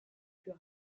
plus